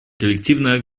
коллективное